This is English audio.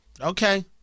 Okay